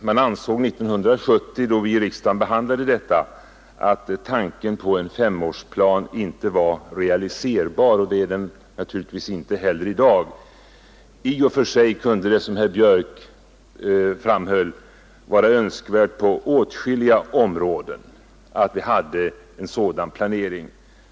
Man ansåg 1970, då vi i riksdagen behandlade detta, att tanken på en femårsplan inte var realiserbar, och det är den naturligtvis inte heller i dag. I och för sig kunde det, som herr Björk i Göteborg framhöll, vara Önskvärt att vi på åtskilliga områden hade en sådan planering.